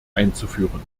einzuführen